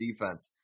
defense